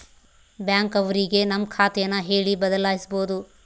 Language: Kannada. ಬ್ಯಾಂಕ್ ಅವ್ರಿಗೆ ನಮ್ ಖಾತೆ ನ ಹೇಳಿ ಬದಲಾಯಿಸ್ಬೋದು